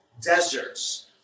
deserts